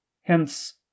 hence